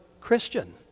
Christian